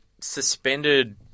suspended